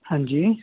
ਹਾਂਜੀ